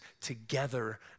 together